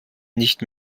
nicht